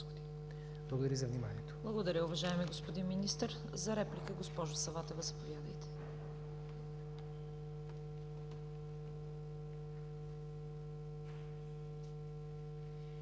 Благодаря за вниманието.